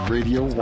Radio